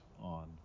on